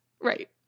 Right